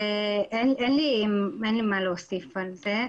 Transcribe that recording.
אין לי מה להוסיף על זה,